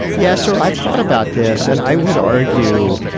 yes. or i've thought about this and i would argue.